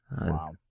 Wow